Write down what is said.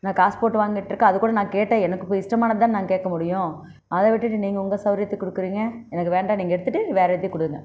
நான் காசு போட்டு வாங்கிட்டிருக்கேன் அதுக்கூட நான் கேட்டேன் எனக்கு இஷ்டமானது தானே நாங்கள் கேட்க முடியும் அதை விட்டுவிட்டு நீங்கள் உங்கள சௌகரியத்துக்கு கொடுக்குறீங்க எனக்கு வேண்டாம் நீங்கள் எடுத்துகிட்டு வேறு இது கொடுங்க